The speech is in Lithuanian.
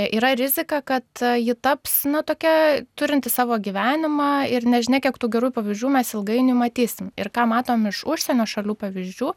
yra rizika kad ji taps na tokia turinti savo gyvenimą ir nežinia kiek tų gerų pavyzdžių mes ilgainiui matysim ir ką matom iš užsienio šalių pavyzdžių